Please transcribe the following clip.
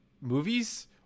movies